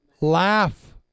laugh